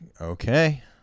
okay